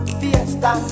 fiesta